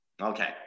Okay